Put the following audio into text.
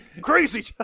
crazy